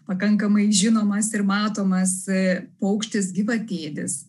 pakankamai žinomas ir matomas paukštis gyvatėdis